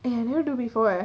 eh I never do before leh